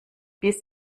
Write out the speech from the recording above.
bis